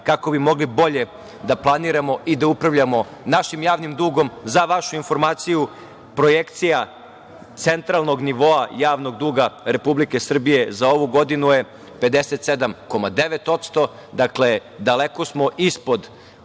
kako bi mogli bolje da planiramo i da upravljamo našim javnim dugom.Za vašu informaciju projekcija centralnog nivoa javnog duga Republike Srbije za ovu godinu je 57,9%. Dakle, daleko smo ispod